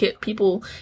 people